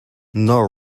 nor